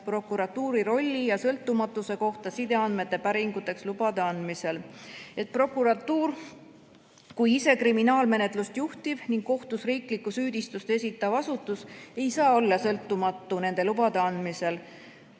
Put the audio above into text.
prokuratuuri rolli ja sõltumatuse kohta sideandmete päringuteks lubade andmisel, et prokuratuur kui ise kriminaalmenetlust juhtiv ning kohtus riiklikku süüdistust esindav asutus ei saa olla sõltumatu nende lubade andmisel.